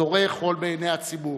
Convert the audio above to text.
זורה חול בעיני הצבור.